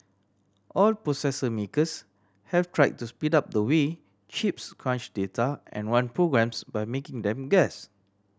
all processor makers have try to speed up the way chips crunch data and run programs by making them guess